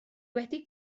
wedi